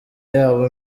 yabo